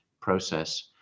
process